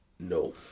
No